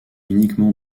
uniquement